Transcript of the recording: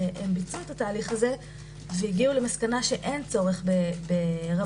הם ביצעו את התהליך הזה והגיעו למסקנה שאין צורך ברמת